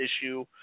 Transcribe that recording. issue